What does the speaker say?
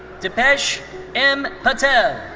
dipesh m. patel.